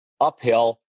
uphill